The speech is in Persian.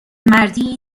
مردی